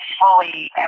fully